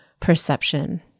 perception